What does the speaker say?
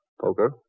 Poker